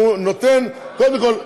והוא נותן קודם כול,